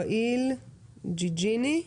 ואיל ג'יג'יני,